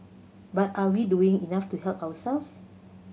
but are we doing enough to help ourselves